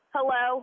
Hello